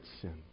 sin